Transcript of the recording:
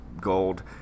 gold